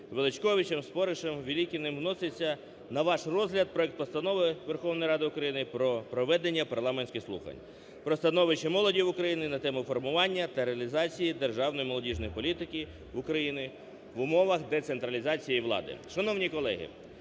Величковичем, Споришем, Велікіним вноситься на ваш розгляд проект Постанови Верховної Ради України про проведення парламентських слухань про становище молоді в Україні, на тему: "Формування та реалізація державної молодіжної політики в Україні в умовах децентралізації влади". Шановні колеги,